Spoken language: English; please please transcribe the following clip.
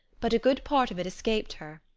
but a good part of it escaped her.